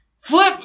Flip